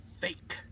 fake